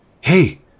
hey